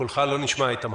קולך לא נשמע, איתמר.